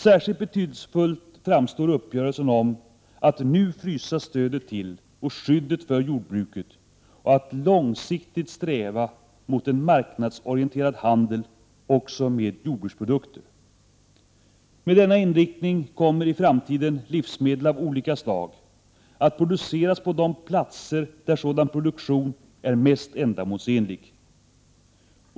Särskilt betydelsefull framstår uppgörelsen om att nu frysa stödet till och skyddet för jordbruket och att långsiktigt sträva mot en marknadsorienterad handel också med jordbruksprodukter. Med denna inriktning kommer i framtiden livsmedel av olika slag att produceras på de platser där sådan produktion är mest ändamålsenlig.